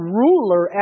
ruler